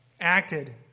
acted